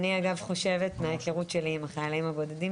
אני אגב חושבת מההיכרות שלי עם החיילים הבודדים,